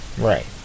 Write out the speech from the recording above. right